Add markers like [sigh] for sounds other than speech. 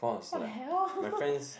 what the hell [laughs]